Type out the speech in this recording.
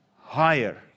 higher